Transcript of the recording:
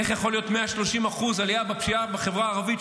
איך יכול להיות 130% עלייה בפשיעה בחברה הערבית,